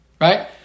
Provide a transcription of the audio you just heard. right